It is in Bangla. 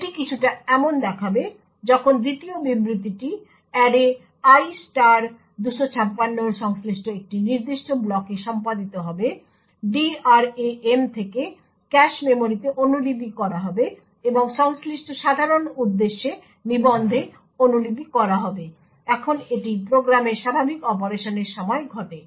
এটি কিছুটা এমন দেখাবে যখন দ্বিতীয় বিবৃতিটি অ্যারেi 256 এর সংশ্লিষ্ট একটি নির্দিষ্ট ব্লকে সম্পাদিত হবে DRAM থেকে ক্যাশ মেমরিতে অনুলিপি করা হবে এবং সংশ্লিষ্ট সাধারণ উদ্দেশ্য নিবন্ধে অনুলিপি করা হবে এখন এটি প্রোগ্রামের স্বাভাবিক অপারেশনের সময় ঘটে